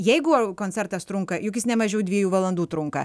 jeigu koncertas trunka juk jis ne mažiau dviejų valandų trunka